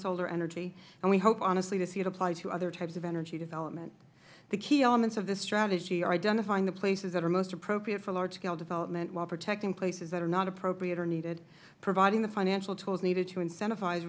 solar energy and we hope honestly to see it applied to other types of energy development the key elements of this strategy are identifying the places that are most appropriate for large scale development while protecting places that are not appropriate or needed and providing the financial tools needed to incentiv